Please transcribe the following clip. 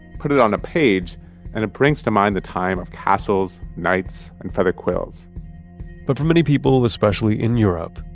put it on a page and it brings to mind the time of castles, knights and feather quills but for many people, especially in europe,